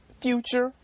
Future